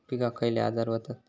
पिकांक खयले आजार व्हतत?